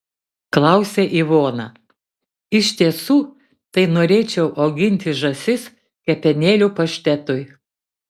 klausia ivona iš tiesų tai norėčiau auginti žąsis kepenėlių paštetui